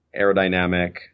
aerodynamic